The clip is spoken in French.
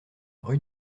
rue